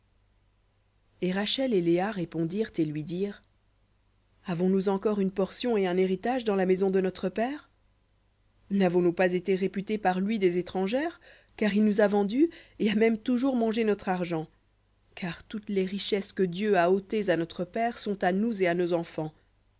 et rachel et léa répondirent et lui dirent avons-nous encore une portion et un héritage dans la maison de notre père navons nous pas été réputées par lui des étrangères car il nous a vendues et a même toujours mangé notre argent car toutes les richesses que dieu a ôtées à notre père sont à nous et à nos enfants